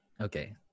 Okay